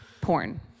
porn